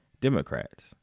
Democrats